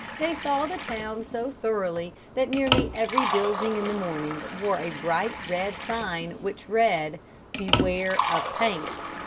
they saw the town so thoroughly that nearly every building in the morning wore a bright red sign which read beware of paint.